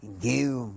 give